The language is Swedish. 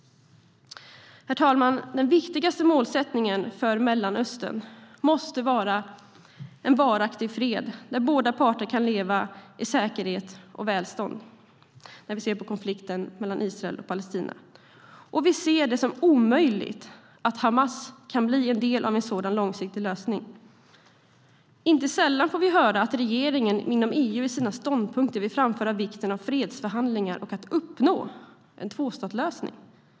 Herr talman! Den viktigaste målsättningen för Mellanöstern måste vara en varaktig fred där båda parter kan leva i säkerhet och välstånd när vi ser på konflikten mellan Israel och Palestina. Vi ser det som omöjligt att Hamas kan bli en del av en sådan långsiktig lösning. Inte sällan får vi höra att regeringen inom EU i sina ståndpunkter vill framföra vikten av fredsförhandlingar och av att uppnå en tvåstatslösning.